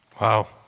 Wow